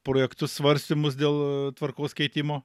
projektus svarstymus dėl tvarkos keitimo